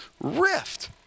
rift